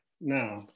now